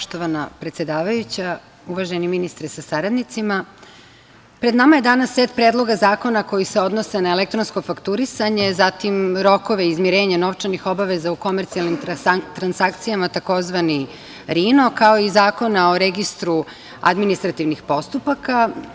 Poštovana predsedavajuća, uvaženi ministre sa saradnicima, pred nama je danas set predloga zakona koji se odnose na elektronsko fakturisanje, zatim rokovi izmirenja novčanih obaveza u komercijalnim transakcijama, tzv. RINO, kao i Zakona o registru administrativnih postupaka.